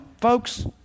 folks